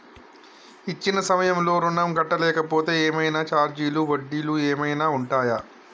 ఇచ్చిన సమయంలో ఋణం కట్టలేకపోతే ఏమైనా ఛార్జీలు వడ్డీలు ఏమైనా ఉంటయా?